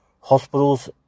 hospitals